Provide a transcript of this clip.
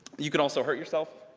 you can also hurt yourself.